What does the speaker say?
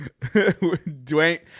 Dwayne